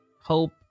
hope